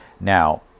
Now